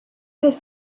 his